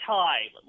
time